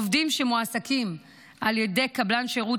עובדים שמועסקים על ידי קבלן שירות,